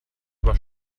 aber